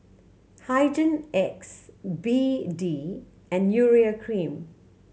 Hygin X B D and Urea Cream